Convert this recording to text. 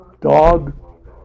Dog